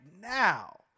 now